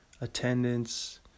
attendance